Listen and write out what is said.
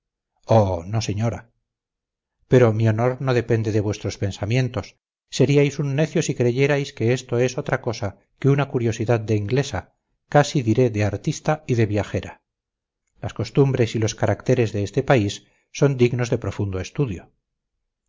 oh no señora pero mi honor no depende de vuestros pensamientos seríais un necio si creyerais que esto es otra cosa que una curiosidad de inglesa casi diré de artista y de viajera las costumbres y los caracteres de este país son dignos de profundo estudio